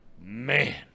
man